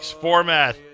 Format